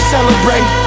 Celebrate